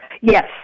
Yes